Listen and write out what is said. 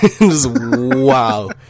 Wow